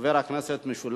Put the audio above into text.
חוק ומשפט, אצל חבר הכנסת דודו